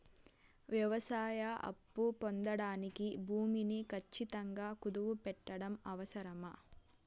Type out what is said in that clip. వ్యవసాయ అప్పు పొందడానికి భూమిని ఖచ్చితంగా కుదువు పెట్టడం అవసరమా?